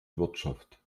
wirtschaft